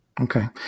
Okay